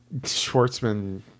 Schwartzman